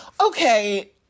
okay